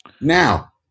now